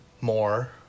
more